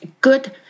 good